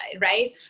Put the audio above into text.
right